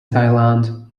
thailand